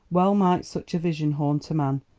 well might such a vision haunt a man,